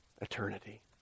eternity